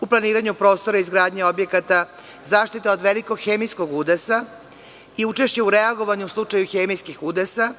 u planiranju prostora izgradnje objekata, zaštita od velikog hemijskog udesa i učešće u reagovanju u slučaju hemijskih udesa,